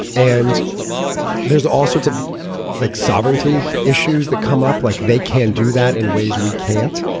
and there's all sorts of like sovereignty issues that come up like they can't do that in ways we can't.